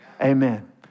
Amen